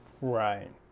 right